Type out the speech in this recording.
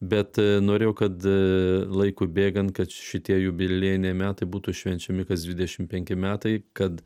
bet norėjo kad laikui bėgant kad šitie jubiliejiniai metai būtų švenčiami kas dvidešimt penki metai kad